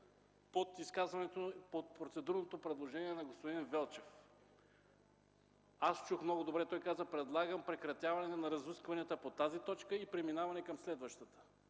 под изказването по процедурното предложение на господин Велчев. Аз чух много добре, той каза: „Предлагам прекратяване на разискванията по тази точка и преминаване към следващата”.